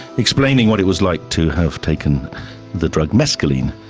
explaining what it was like to have taken the drug mescalin,